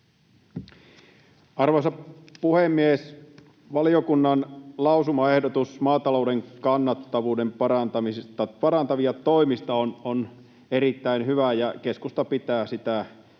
Arvoisa puhemies! Valiokunnan lausumaehdotus maatalouden kannattavuutta parantavista toimista on erittäin hyvä, ja keskusta pitää lausumaehdotusta